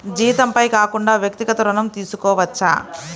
జీతంపై కాకుండా వ్యక్తిగత ఋణం తీసుకోవచ్చా?